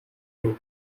rude